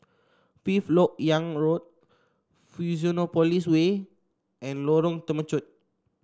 Fifth LoK Yang Road Fusionopolis Way and Lorong Temechut